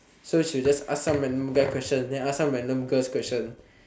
so she'll just ask some random guy questions and ask some random girl questions